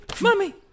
Mommy